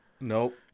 Nope